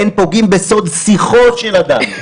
אין פוגעים בסוד שיחו של אדם,